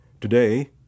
Today